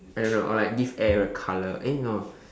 I don't know or like give air a colour eh no